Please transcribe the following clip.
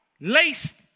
laced